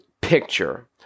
picture